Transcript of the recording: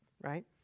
right